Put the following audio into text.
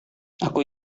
aku